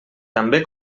també